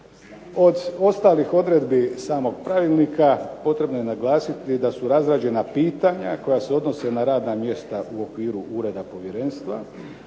Od ostalih odredbi samog pravilnika potrebno je naglasiti da su razrađena pitanja koja se odnose na radna mjesta u okviru Ureda povjerenstva,